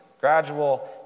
gradual